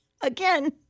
again